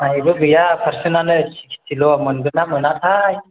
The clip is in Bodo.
आंनाबो गैया फारसेनानो सिक्सथि ल' मोनगोनना मोनाथाय